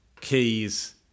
keys